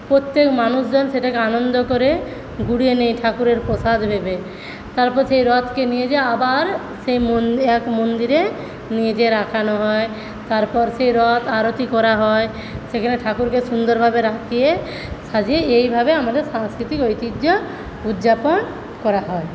প্রত্যেক মানুষজন সেটাকে আনন্দ করে কুড়িয়ে নেয় ঠাকুরের প্রসাদ ভেবে তারপর সেই রথকে নিয়ে যেয়ে আবার সেই মন্দির এক মন্দিরে নিয়ে যেয়ে রাখানো হয় তারপর সেই রথ আরতি করা হয় সেখানে ঠাকুরকে সুন্দরভাবে রাখে সাজিয়ে এইভাবে আমাদের সাংস্কৃতিক ঐতিহ্য উদযাপন করা হয়